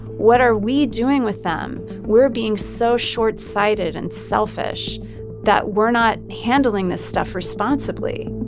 what are we doing with them? we're being so short-sighted and selfish that we're not handling this stuff responsibly